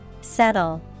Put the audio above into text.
Settle